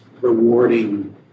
rewarding